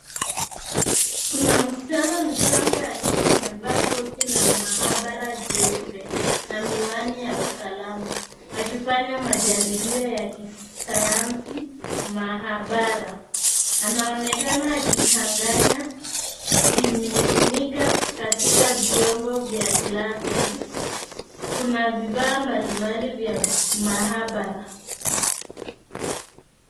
Kuna msichana mchanga akiwa amevaa koti la maabara jeupe na miwani ya usalama. Akifanya majaribio ya kisayansi mahabara. Anaonekana akichanganya vimiminika katika vyombo vya glasi. Kuna vifaa mbalimbali vya mahabara.